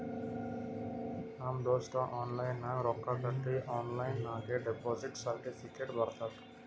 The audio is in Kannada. ನಮ್ ದೋಸ್ತ ಆನ್ಲೈನ್ ನಾಗ್ ರೊಕ್ಕಾ ಕಟ್ಟಿ ಆನ್ಲೈನ್ ನಾಗೆ ಡೆಪೋಸಿಟ್ ಸರ್ಟಿಫಿಕೇಟ್ ಬರ್ತುದ್